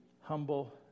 humble